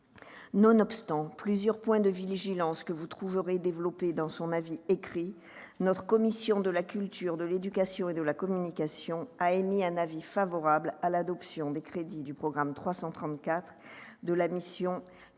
Nonobstant plusieurs points de vigilance, que vous trouverez développés dans son avis écrit, la commission de la culture, de l'éducation et de la communication a émis un avis favorable à l'adoption des crédits du programme 334 de la mission